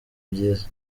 byiza